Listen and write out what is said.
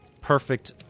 Perfect